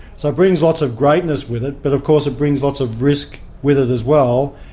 so it brings lots of greatness with it, but of course it brings lots of risk with it as well,